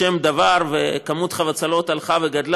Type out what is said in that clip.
שֵׁם דבר, ומספר החבצלות הלך וגדל.